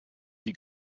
die